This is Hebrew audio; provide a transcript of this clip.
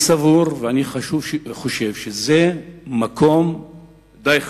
אני סבור, אני חושב שזה מקום די חשוב.